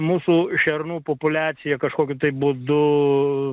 mūsų šernų populiacija kažkokiu būdu